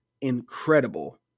incredible